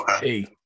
Hey